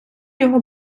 його